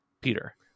Peter